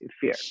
fear